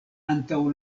antaŭ